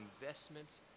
investments